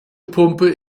pumpe